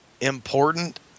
important